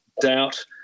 doubt